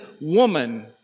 woman